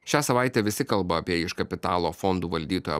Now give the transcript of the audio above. šią savaitę visi kalba apie iš kapitalo fondų valdytojo